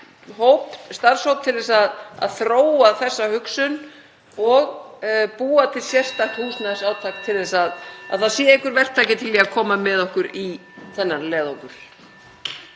hóp, starfshóp til að þróa þessa hugsun og búa til sérstakt húsnæðisátak til að það sé einhver verktaki til í að koma með okkur í þennan leiðangur.